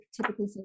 typically